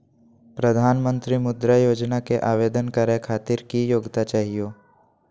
प्रधानमंत्री मुद्रा योजना के आवेदन करै खातिर की योग्यता चाहियो?